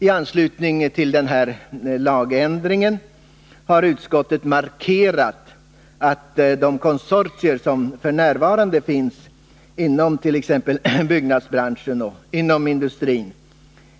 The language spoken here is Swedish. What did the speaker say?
I anslutning till denna lagändring har utskottet markerat att de konsortier som f. n. finns inom t.ex. byggnadsbranschen och inom industrin